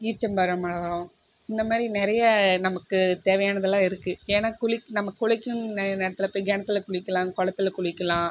ஈச்சமரமழரம் இந்த மாரி நிறைய நமக்கு தேவையானதெல்லாம் இருக்கு ஏன்னா குளி நம்ப குளிக்கணும்னு நேரத்தில் போய் கிணத்துல குளிக்கலாம் குளத்துல குளிக்கலாம்